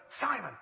Simon